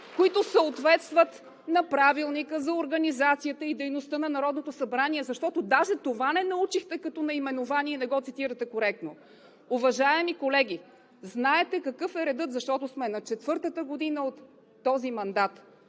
които съответстват на Правилника за организацията и дейността на Народното събрание, защото даже това не научихте като наименование и не го цитирате коректно! Уважаеми колеги, знаете какъв е редът, защото сме в четвъртата година от този мандат!